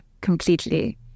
completely